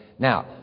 Now